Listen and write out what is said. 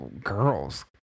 girls